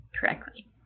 correctly